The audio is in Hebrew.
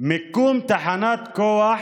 "מיקום תחנת כוח",